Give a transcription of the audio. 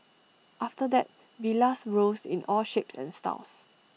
after that villas rose in all shapes and styles